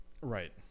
right